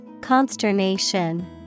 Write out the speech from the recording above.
Consternation